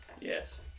Yes